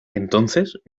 entonces